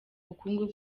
bukungu